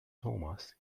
thomas